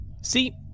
See